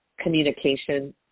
communication